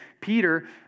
Peter